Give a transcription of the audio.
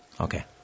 Okay